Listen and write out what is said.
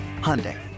Hyundai